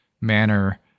manner